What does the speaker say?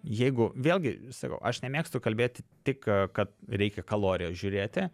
jeigu vėlgi sakau aš nemėgstu kalbėti tik kad reikia kalorijas žiūrėti